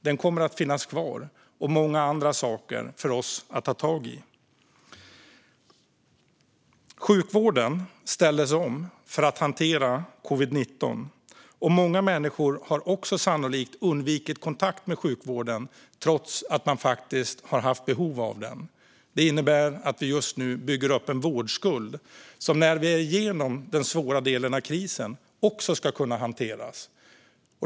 Den och många andra saker kommer att finnas kvar för oss att ta tag i. Sjukvården ställdes om för att hantera covid-19. Många människor har också sannolikt undvikit kontakt med sjukvården trots att de haft behov av den. Det innebär att vi just nu bygger upp en vårdskuld som ska kunna hanteras när vi är igenom den svåra delen av krisen.